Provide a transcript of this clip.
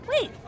Wait